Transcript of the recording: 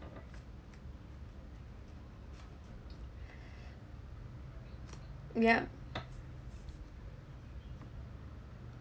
ya